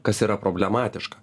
kas yra problematiška